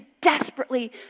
desperately